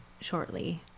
shortly